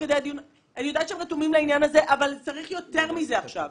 אבל צריך יותר מזה עכשיו.